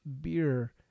beer